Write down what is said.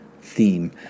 theme